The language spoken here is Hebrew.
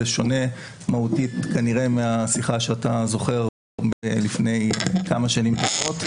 זה כנראה שונה מהותית מהשיחה שאתה זוכר מלפני כמה שנים טובות,